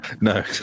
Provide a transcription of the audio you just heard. no